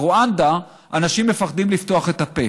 ברואנדה אנשים מפחדים לפתוח את הפה.